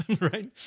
right